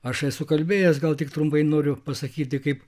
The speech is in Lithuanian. aš esu kalbėjęs gal tik trumpai noriu pasakyti kaip